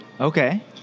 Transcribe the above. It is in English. Okay